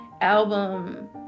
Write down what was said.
album